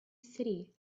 city